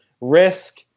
Risk